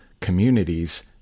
communities